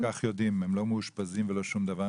ואנחנו גם כך יודעים שהם לא מאושפזים ולא שום דבר,